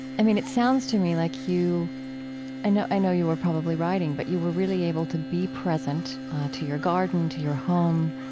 i mean, it sounds to me like you i know, i know you were probably writing, but you were really able to be present to your garden, to your home,